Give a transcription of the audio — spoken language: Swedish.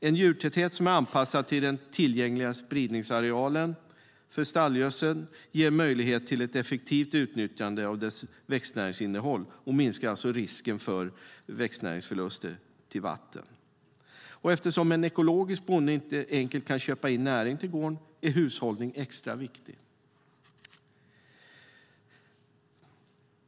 En djurtäthet som är anpassad till den tillgängliga spridningsarealen för stallgödseln ger möjlighet till ett effektivt utnyttjande av dess växtnäringsinnehåll och minskar alltså risken för växtnäringsförluster till vatten. Eftersom en ekologisk bonde inte enkelt kan köpa in näring till gården är hushållning extra viktig.